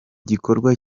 gikorwa